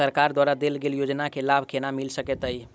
सरकार द्वारा देल गेल योजना केँ लाभ केना मिल सकेंत अई?